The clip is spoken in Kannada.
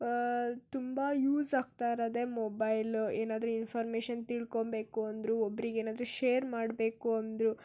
ತುಂಬ ಯೂಸ್ ಆಗ್ತಾ ಇರೋದೇ ಮೊಬೈಲು ಏನಾದ್ರೂ ಇನ್ಫಾರ್ಮೇಶನ್ ತಿಳ್ಕೊಬೇಕು ಅಂದ್ರೂ ಒಬ್ಬರಿಗೇನಾದ್ರು ಶೇರ್ ಮಾಡಬೇಕು ಅಂದ್ರೂ